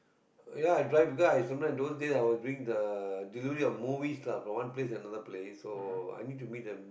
ya i drive because I sometimes those days I was doing the delivery of movies lah from one place another place so I need to meet the